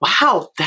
wow